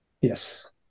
Yes